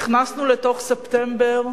נכנסנו לתוך ספטמבר